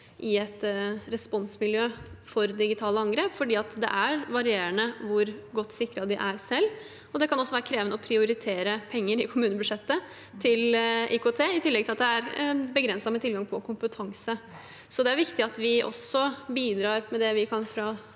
i et responsmiljø for digitale angrep, for det er varierende hvor godt sikret de er selv, og det kan være krevende å prioritere penger i kommunebudsjettet til IKT, i tillegg til at det er begrenset med tilgang på kompetanse. Det er viktig at vi også bidrar med det vi kan fra